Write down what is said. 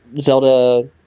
Zelda